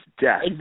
death